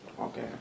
Okay